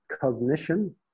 cognition